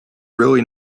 really